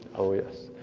oh, yes.